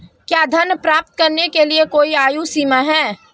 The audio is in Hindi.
क्या ऋण प्राप्त करने के लिए कोई आयु सीमा है?